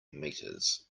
meters